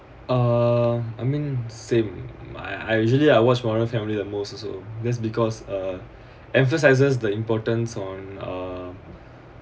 uh I mean same I I usually I watch modern family the most also that's because uh emphasises the importance on um